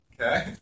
Okay